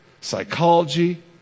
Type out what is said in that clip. psychology